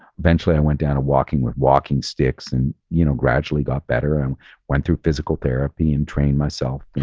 eventually i went down to walking with walking sticks and you know gradually got better and went through physical therapy and trained myself.